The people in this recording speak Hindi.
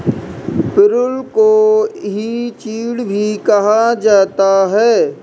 पिरुल को ही चीड़ भी कहा जाता है